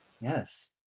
Yes